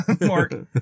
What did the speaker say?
Mark